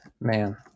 man